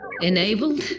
enabled